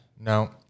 no